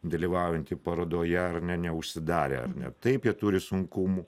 dalyvaujanti parodoje ar ne neužsidarė ar ne taip jie turi sunkumų